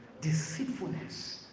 Deceitfulness